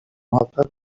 محقق